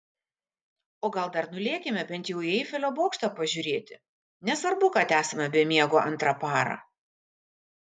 o gal dar nulėkime bent jau į eifelio bokštą pažiūrėti nesvarbu kad esame be miego antrą parą